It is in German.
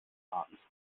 atemzug